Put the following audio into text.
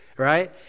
Right